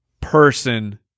person